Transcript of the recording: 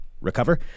recover